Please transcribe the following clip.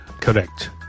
Correct